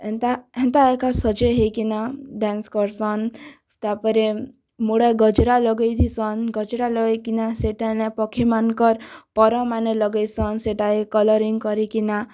ଏନ୍ତା ହେନ୍ତା ଏକା ସଜେଇ ହେଇକିନା ଡେନ୍ସ କର୍ସନ୍ ତାର୍ ପରେ ମୁଡ଼େ ଗଜରା ଲଗେଇଥିସନ୍ ଗଜରା ଲଗେଇକିନା ସେଠାନେ ପକ୍ଷୀ ମାନ୍କର୍ ପର୍ ମାନେ ଲଗେଇସନ୍ ସେଟାକେ କଲରିଙ୍ଗ୍ କରିକିନା